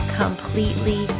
completely